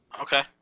Okay